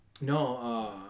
no